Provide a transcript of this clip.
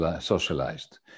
socialized